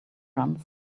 runs